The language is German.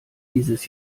dieses